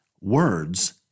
Words